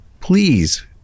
please